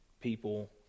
people